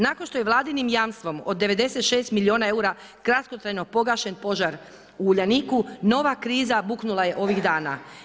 Nakon što je Vladinim jamstvom od 96 milijuna eura kratkotrajno pogašen požar u Uljaniku nova kriza buknula je ovih dana.